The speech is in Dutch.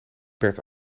bert